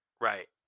Right